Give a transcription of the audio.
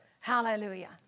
Hallelujah